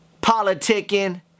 politicking